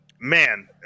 man